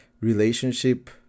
relationship